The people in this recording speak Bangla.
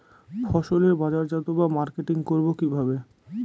ফসলের বাজারজাত বা মার্কেটিং করব কিভাবে?